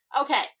Okay